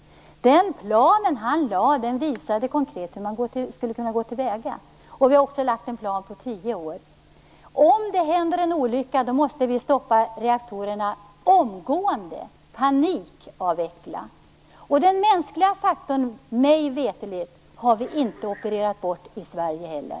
Den plan han lade fram visade konkret hur man skulle kunna gå till väga. Vi har också lagt fram en plan på tio år. Om det händer en olycka måste vi stoppa reaktorerna omgående, panikavveckla. Den mänskliga faktorn har vi inte mig veterligt opererat bort i Sverige heller.